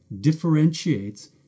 differentiates